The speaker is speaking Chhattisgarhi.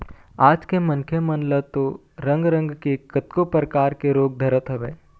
आज के मनखे मन ल तो रंग रंग के कतको परकार के रोग धरत हवय